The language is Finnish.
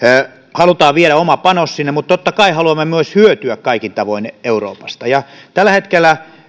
halutaan viedä oma panos sinne mutta totta kai haluamme myös hyötyä kaikin tavoin euroopasta ja tällä hetkellä